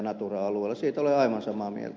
siitä olen aivan samaa mieltä